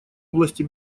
области